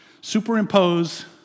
superimpose